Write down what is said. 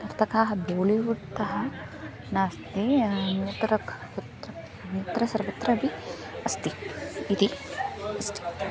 नर्तकाः बोळिवुड्तः नास्ति उत्तरम् अत्र अत्र सर्वत्रापि अस्ति इति अस्तु